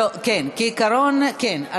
בעיקרון כן.